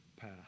path